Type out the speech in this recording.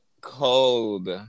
Cold